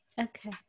Okay